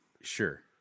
Sure